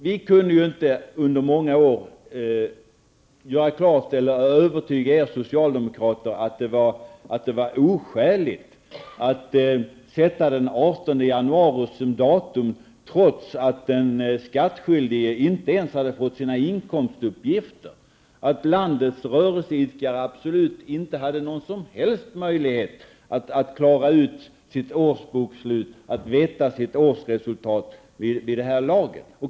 Vi kunde under många år inte övertyga er socialdemokrater om att det var oskäligt att sätta sista datumet för fyllnadsinbetalningen till den 18 januari, trots att den skattskyldige då inte ens hade fått sina inkomstuppgifter och trots att landets rörelseidkare då inte hade någon som helst möjlighet att känna till sitt årsresultat.